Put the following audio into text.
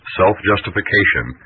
self-justification